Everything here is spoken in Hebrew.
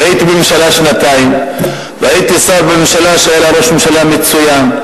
הייתי בממשלה שנתיים והייתי שר בממשלה שהיה לה ראש ממשלה מצוין,